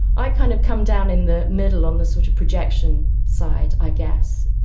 i kind of come down in the middle, on the sort of projection side i guess.